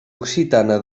occitana